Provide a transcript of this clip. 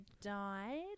died